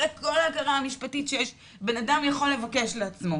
אחרי כל ההכרה המשפטית שבנאדם יכול לבקש לעצמו,